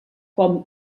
com